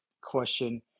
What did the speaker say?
question